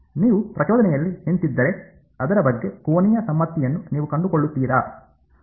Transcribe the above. ನೀವು ಪ್ರಚೋದನೆಯಲ್ಲಿ ನಿಂತಿದ್ದರೆ ಅದರ ಬಗ್ಗೆ ಕೋನೀಯ ಸಮ್ಮಿತಿಯನ್ನು ನೀವು ಕಂಡುಕೊಳ್ಳುತ್ತೀರಾ